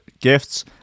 gifts